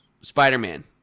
Spider-Man